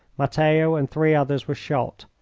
matteo and three others were shot,